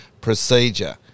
procedure